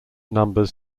numbers